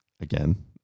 Again